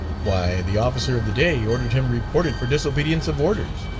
why, the officer of the day ordered him reported for disobedience of orders,